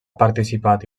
participat